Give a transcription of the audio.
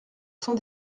cent